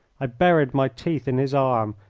i buried my teeth in his arm,